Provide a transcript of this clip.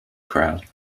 crowd